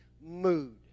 mood